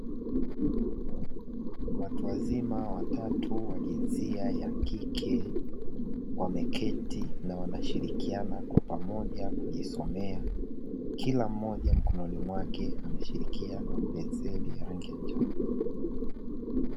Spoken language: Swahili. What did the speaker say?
Watu wazima watatu wa jinsia ya kike wameketi na wanashirikiana kwa pamoja kujisomea, kila mmoja mkononi mwake ameshikilia penseli ya rangi ya njano.